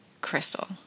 Crystal